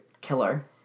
killer